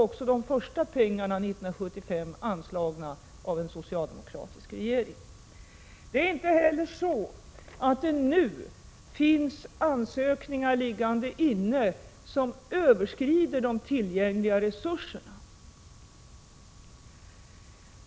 Också de första pengarna, år 1975, var anslagna av en socialdemokratisk regering. Och det är inte så, att det nu finns ansökningar liggande inne som överskrider de egentliga resurserna.